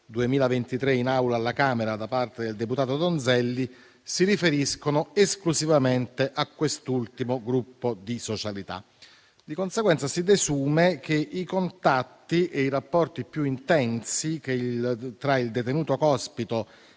2023 in Aula, alla Camera, dal deputato Donzelli, si riferiscono esclusivamente a quest'ultimo gruppo di socialità. Di conseguenza si desume che i contatti e i rapporti più intensi tra il detenuto Cospito